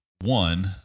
one